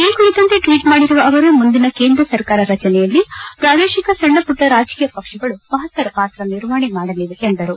ಈ ಕುರಿತಂತೆ ಟ್ವೀಟ್ ಮಾಡಿರುವ ಅವರು ಮುಂದಿನ ಕೇಂದ್ರ ಸರ್ಕಾರ ರಚನೆಯಲ್ಲಿ ಪ್ರಾದೇಶಿಕ ಸಣ್ಣಪುಟ್ಟ ರಾಜಕೀಯ ಪಕ್ಷಗಳು ಮಹತ್ತರ ಪಾತ್ರ ನಿರ್ವಹಣೆ ಮಾದಲಿವೆ ಎಂದರು